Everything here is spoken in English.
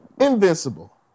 Invincible